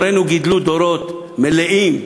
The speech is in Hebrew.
הורינו גידלו דורות מלאים,